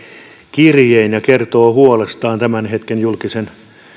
kirjeen ja kertoo huolestaan tämän hetken julkisen